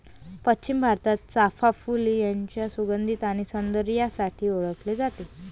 पश्चिम भारतात, चाफ़ा फूल त्याच्या सुगंध आणि सौंदर्यासाठी ओळखले जाते